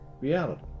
reality